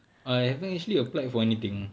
I haven't actually applied for anything